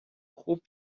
خوب